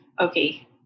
Okay